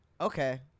Okay